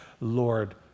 Lord